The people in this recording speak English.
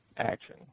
action